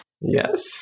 Yes